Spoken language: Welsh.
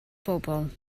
bobl